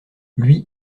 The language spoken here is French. lui